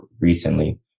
recently